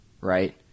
right